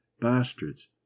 bastards